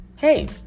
Hey